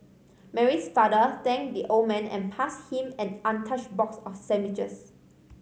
Mary's father thanked the old man and passed him an untouched box of sandwiches